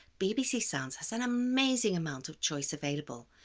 bbc sounds has an amazing amount of choice available,